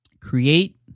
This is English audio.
Create